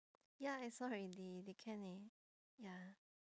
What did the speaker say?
ya I saw already they can eh ya